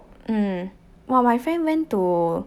mm !wah! my friend went to